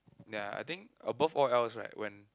ya I think above all else right when